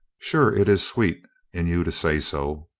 sure it is sweet in you to say so,